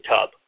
tub